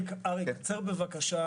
אריק, תקצר בבקשה.